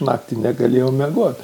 naktį negalėjau miegot